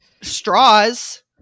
straws